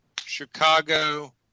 Chicago